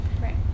right